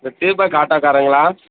இந்த தீபக் ஆட்டோக்காரங்களா